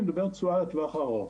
אני מדבר על תשואה לטווח הארוך,